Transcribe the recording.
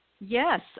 Yes